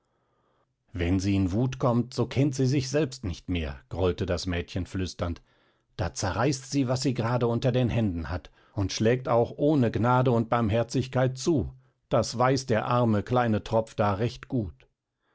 wenn sie in wut kommt so kennt sie sich selbst nicht mehr grollte das mädchen flüsternd da zerreißt sie was sie gerade unter den händen hat und schlägt auch ohne gnade und barmherzigkeit zu das weiß der arme kleine tropf da recht gut